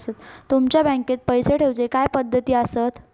तुमच्या बँकेत पैसे ठेऊचे काय पद्धती आसत?